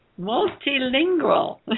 Multilingual